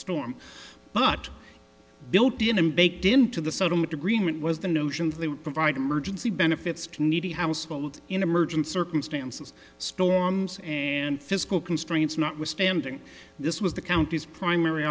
storm but built in and baked into the settlement agreement was the notion that they would provide emergency benefits to needy households in emergency circumstances storms and physical constraints notwithstanding this was the county's primary